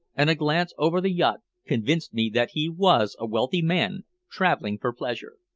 and a glance over the yacht convinced me that he was a wealthy man traveling for pleasure.